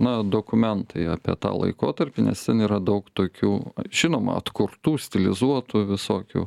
na dokumentai apie tą laikotarpį nes ten yra daug tokių žinoma atkurtų stilizuotų visokių